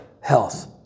health